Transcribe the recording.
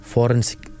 Forensic